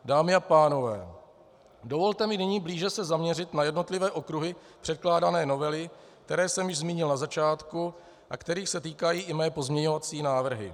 Dámy a pánové, dovolte mi nyní blíže se zaměřit na jednotlivé okruhy předkládané novely, které jsem již zmínil na začátku a kterých se týkají i mé pozměňovací návrhy.